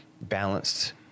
balanced